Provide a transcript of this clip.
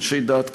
אנשי דעת קהל,